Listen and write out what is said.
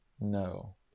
No